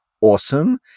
Awesome